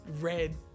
red